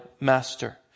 master